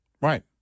Right